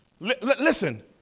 Listen